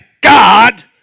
God